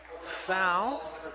foul